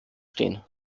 stehen